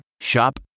Shop